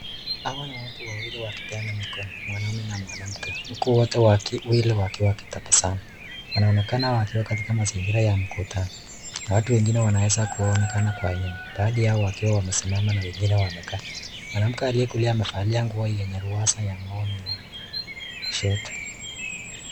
Hawa ni watu wawili wakipeana mikono mwanaume na mwanamke huku wote wawili wakiwa wakitabasamu. Wanaonekana wakiwa katika mazingira ya mkutano ,watu wengine wanaeza kuonekana nyuma baadhi yao wakiwa wamesimama na wengine wamekaa. Mwanamke aliyekulia amevalia nguo yenye ruasa ya maua kushoto.